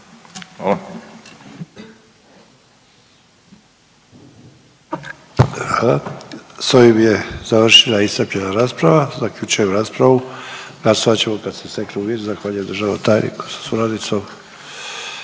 Hvala. S ovim je završena i iscrpljena rasprava. Zaključujem raspravu. Nastavit ćemo kad se steknu uvjeti. Zahvaljujem državnom tajniku sa suradnicom.